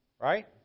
Right